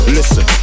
Listen